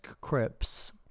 crips